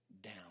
down